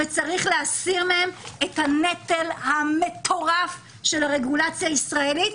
וצריך להסיר מהם את הנטל המטורף של הרגולציה הישראלית,